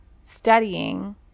studying